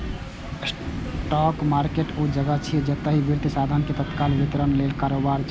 spot market ऊ जगह छियै, जतय वित्तीय साधन के तत्काल वितरण लेल कारोबार होइ छै